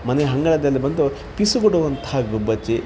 ಮನೆಯ ಅಂಗಳದಲ್ಲಿ ಬಂದು ಪಿಸುಗುಡುವಂಥ ಗುಬ್ಬಚ್ಚಿ